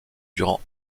durant